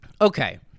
okay